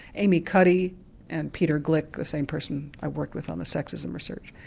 amy cutty and peter glick, the same person i worked with on the sexism research.